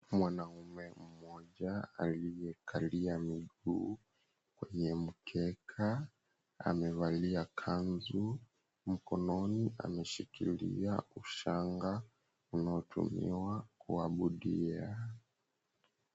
Mwanaume mmoja aliyekalia miguu kwenye mkeka, amevalia kanzu, mkononi ameshikilia ushanga unaotumiwa kuabudia.